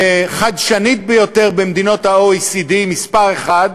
החדשנית ביותר במדינות ה-OECD, מספר אחת,